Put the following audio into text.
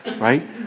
Right